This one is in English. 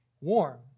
warm